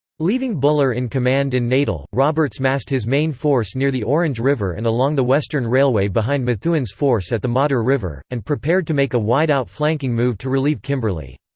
leaving buller in command in natal, roberts massed his main force near the orange river and along the western railway behind methuen's force at the modder river, and prepared to make a wide outflanking move to relieve kimberley.